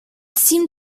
seemed